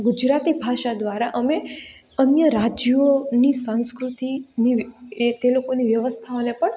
ગુજરાતી ભાષા દ્રારા અમે અન્ય રાજ્યોની સંસ્કૃતિ એ તે લોકોની વ્યવસ્થાને પણ